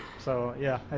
so yeah.